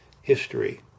history